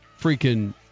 freaking